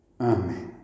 Amen